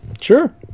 Sure